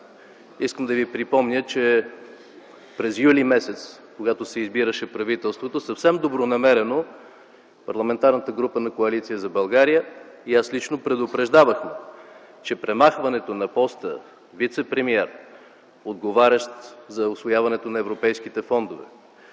Ще припомня, че през м. юли, когато се избираше правителството, съвсем добронамерено Парламентарната група на Коалиция за България, а и аз лично предупреждавах, че премахването на поста вицепремиер, отговарящ за усвояването на европейските фондове,